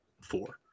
four